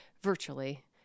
virtually